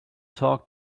talk